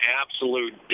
absolute